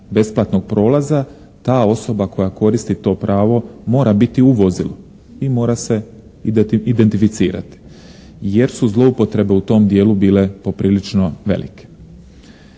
besplatnog prolaza ta osoba koja koristi to pravo mora biti u vozilu i mora se identificirati. Jer su zloupotrebe u tom dijelu bile poprilično velike.